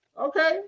okay